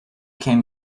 came